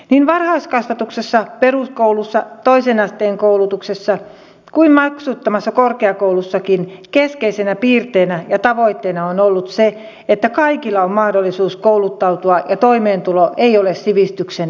niin varhaiskasvatuksessa peruskoulussa toisen asteen koulutuksessa kuin maksuttomassa korkeakoulussakin keskeisenä piirteenä ja tavoitteena on ollut se että kaikilla on mahdollisuus kouluttautua ja toimeentulo ei ole sivistyksen esteenä